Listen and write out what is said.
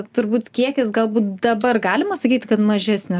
turbūt kiekis galbūt dabar galima sakyt kad mažesnės